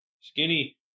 Skinny